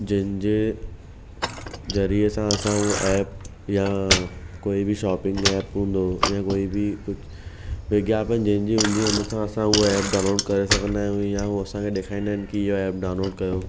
जंहिंजे ज़रिए सां असां उहो एप या कोई बि शॉपिंग एप हूंदो या कोई बि कुझु विज्ञापन जंहिंजी हूंदी हुनसां असां उहे एप डॉउनलोड करे सघंदा आहियूं या उहो असांखे ॾेखारींदा आहिनि की इहा एप डाउनलोड कयो